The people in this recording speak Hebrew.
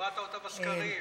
הורדת אותה עכשיו בסקרים.